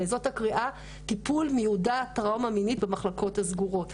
זאת הקריאה: טיפול מיודע טראומה מינית במחלקות הסגורות,